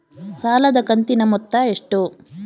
ಸಾಲದ ಕಂತಿನ ಮೊತ್ತ ಎಷ್ಟು?